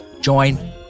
join